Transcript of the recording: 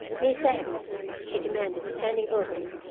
miss agnes, she demanded, standing over me,